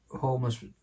homeless